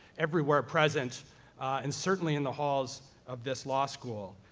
everywhere present and certainly in the halls of this law school.